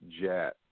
jet